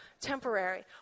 temporary